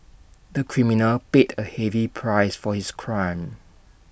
the criminal paid A heavy price for his crime